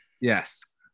Yes